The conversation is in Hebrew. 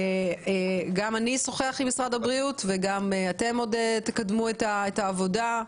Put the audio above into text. גם אני אשוחח עם משרד הבריאות וגם אתם עוד תקדמו את העבודה.